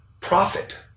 profit